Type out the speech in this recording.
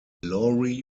lori